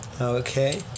Okay